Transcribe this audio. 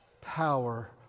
power